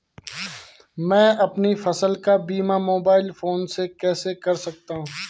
मैं अपनी फसल का बीमा मोबाइल फोन से कैसे कर सकता हूँ?